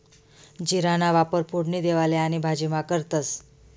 जीराना वापर फोडणी देवाले आणि भाजीमा करतंस